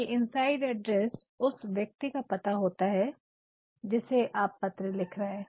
ये inside address अंदर लिखा पता उस व्यक्ति का पता होता है जिसे आप पत्र लिख रहे है